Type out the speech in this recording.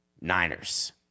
Niners